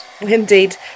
Indeed